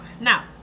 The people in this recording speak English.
now